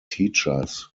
teachers